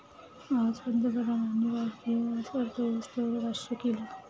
आज पंतप्रधानांनी भारतीय अर्थव्यवस्थेवर भाष्य केलं